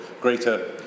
Greater